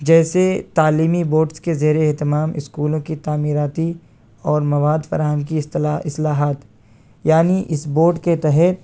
جیسے تعلیمی بوڈس کے زیر اہتمام اسکولوں کی تعمیراتی اور مواد فراہم کی اصطلا اصلاحات یعنی اس بوڈ کے تحت